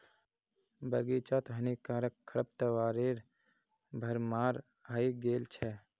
बग़ीचात हानिकारक खरपतवारेर भरमार हइ गेल छ